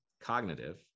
Cognitive